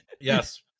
Yes